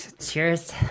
Cheers